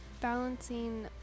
Balancing